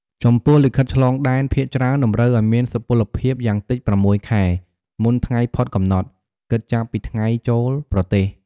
ចំពោះលិខិតឆ្លងដែនភាគច្រើនតម្រូវឱ្យមានសុពលភាពយ៉ាងតិច ៦ ខែមុនថ្ងៃផុតកំណត់ គិតចាប់ពីថ្ងៃចូលប្រទេស។